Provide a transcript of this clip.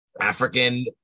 African